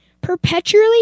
Perpetually